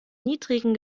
niedrigen